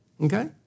Okay